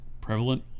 prevalent